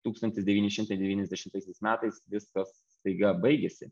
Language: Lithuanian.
tūkstantis devyni šimtai devyniasdešimtaisiais metais viskas staiga baigiasi